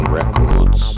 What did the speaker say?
records